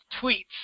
tweets